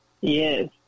Yes